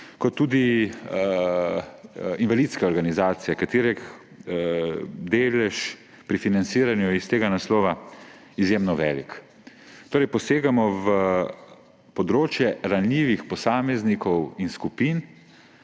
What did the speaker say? kot tudi invalidske organizacije, katerih delež pri financiranju s tega naslova je izjemno velik. Torej posegamo v področje ranljivih posameznikov in skupin